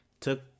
took